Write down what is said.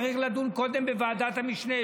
צריך לדון קודם בוועדת המשנה,